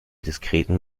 diskreten